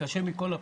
קשה מכל הבחינות.